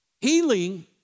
Healing